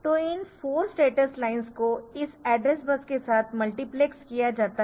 तो इन 4 status lines को इस एड्रेस बस के साथ मल्टीप्लेसड किया जाता है